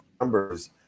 numbers